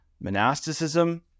monasticism